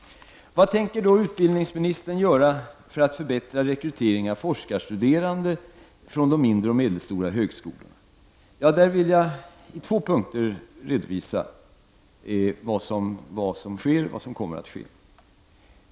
Vad tänker då utbildningsministern göra för att förbättra rekryteringen av forskarstuderande från de mindre och medelstora högskolorna? Där vill jag itvå punkter redovisa vad som sker och vad som kommer att ske.